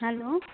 hello